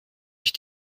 ich